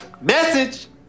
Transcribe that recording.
Message